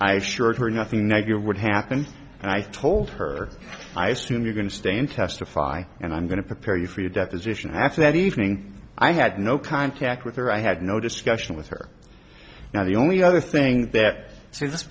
i assured her nothing negative would happen and i told her i assume you're going to stay in testify and i'm going to prepare you for your deposition after that evening i had no contact with her i had no discussion with her now the only other thing that says this